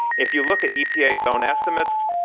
if you look at epa's own estimates,